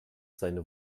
seine